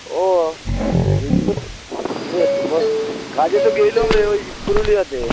ও বল কাজে তো গেছিলাম রে ওই পুরুলিয়াতে